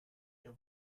ihr